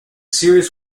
series